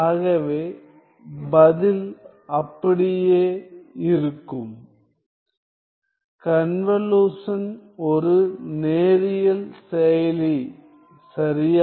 ஆகவே பதில் அப்படியே இருக்கும் கன்வலுஷன் ஒரு நேரியல் செயலி சரியா